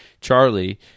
Charlie